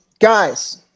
guys